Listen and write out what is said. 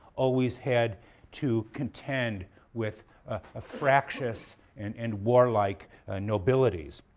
always had to contend with ah ah fractious and and warlike nobilities